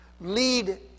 lead